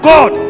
God